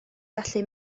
gallu